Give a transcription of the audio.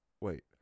Wait